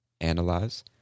analyze